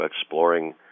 exploring